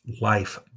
life